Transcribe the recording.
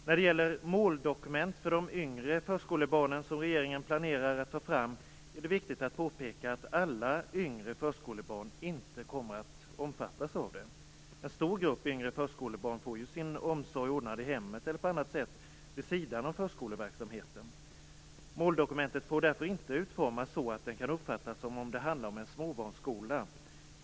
När det gäller det måldokument för de yngre förskolebarnen som regeringen planerar att ta fram är det viktigt att påpeka att inte alla yngre förskolebarn kommer att omfattas av det här. En stor grupp yngre förskolebarn får sin omsorg ordnad i hemmet eller på annat sätt, vid sidan av förskoleverksamheten. Måldokumentet får därför inte utformas så att det kan uppfattas som att det handlar om en småbarnsskola.